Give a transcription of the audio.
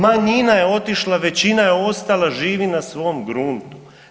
Manjina je otišla, većina je ostala, živi na svom gruntu.